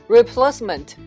Replacement